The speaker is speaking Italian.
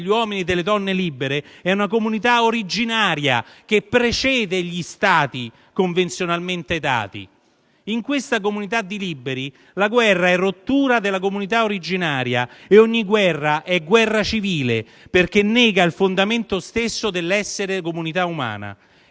degli uomini e delle donne libere, è una comunità originaria che precede gli Stati convenzionalmente dati. In questa comunità di liberi la guerra è rottura della comunità originaria e ogni guerra è guerra civile, perché nega il fondamento stesso dell'essere comunità umana.